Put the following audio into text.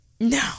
No